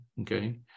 okay